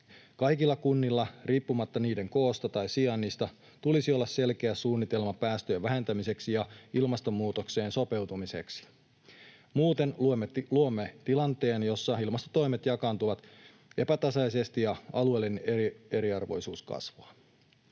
Kaikilla kunnilla riippumatta niiden koosta tai sijainnista tulisi olla selkeä suunnitelma päästöjen vähentämiseksi ja ilmastonmuutokseen sopeutumiseksi. Muuten luomme tilanteen, jossa ilmastotoimet jakaantuvat epätasaisesti ja alueellinen eriarvoisuus kasvaa.